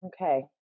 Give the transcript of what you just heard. Okay